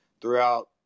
throughout